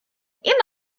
immer